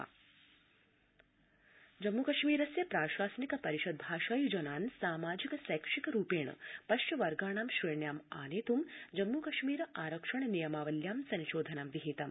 जम्म् कश्मीरारक्षणम् जम्मू कश्मीरस्य प्राशासनिक परिषद भाषायी जनान् सामाजिक शैक्षिक रूपेण पश्च वर्गाणां श्रेण्यामानेत्ं जम्मू कश्मीर आरक्षण नियमावल्यां संशोधनं विहितम